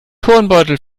turnbeutel